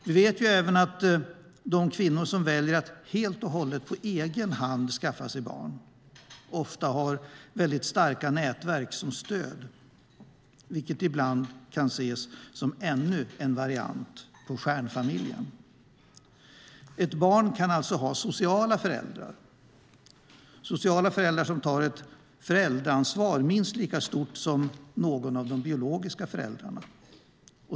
Vi vet ju även att de kvinnor som väljer att helt på egen hand skaffa sig barn ofta har mycket starka nätverk som stöd, vilket ibland kan ses som ännu en variant på stjärnfamiljen. Ett barn kan alltså ha sociala föräldrar som tar ett föräldraansvar minst lika stort som någon av de biologiska föräldrarna.